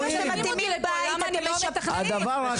ושואל למה אתם לא משפצים?